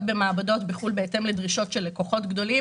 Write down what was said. במעבדות בהתאם לדרישות של לקוחות גדולים.